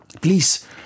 Please